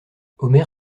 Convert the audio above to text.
omer